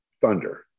thunder